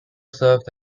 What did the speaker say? served